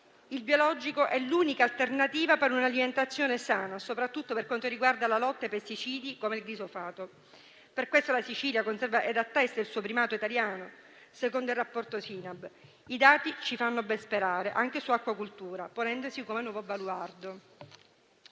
Il biologico è l'unica alternativa per un'alimentazione sana, soprattutto per quanto riguarda la lotta ai pesticidi come il glifosato. A tale riguardo, la Sicilia attesta il suo primato in Italia, secondo il rapporto SINAB. I dati ci fanno ben sperare anche sull'acquacoltura, ponendosi come nuovo baluardo.